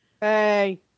Hey